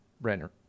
Brenner